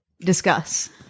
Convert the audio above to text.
discuss